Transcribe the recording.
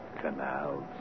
Canals